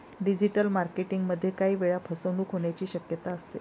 digital marketing मध्ये काही वेळा फसवणूक होण्याची शक्यता असते